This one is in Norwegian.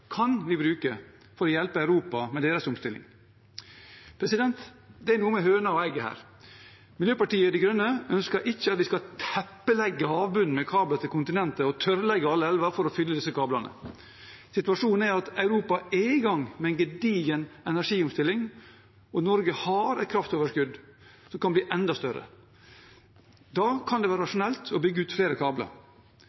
kan vi bruke for å hjelpe Europa med deres omstilling. Det er noe med høna og egget her. Miljøpartiet De Grønne ønsker ikke at vi skal teppelegge havbunnen med kabler til kontinentet og tørrlegge alle elver for å fylle disse kablene. Situasjonen er at Europa er i gang med en gedigen energiomstilling, og Norge har et kraftoverskudd som kan bli enda større. Da kan det være